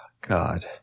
God